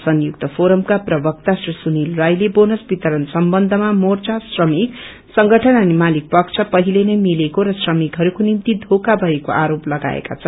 संयुक्त फोरमका प्रवक्ता श्री सुनिल राइले बोनस वितरण सम्बन्धमा मोर्चा श्रमिक संगठन अनि मालिक पक्ष पहिले नै मिलेको र श्रमिकहरूको निम्ति धोका भएको आरोप लगाएका छन्